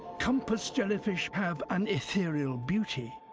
compass jellyfish have an ethereal beauty,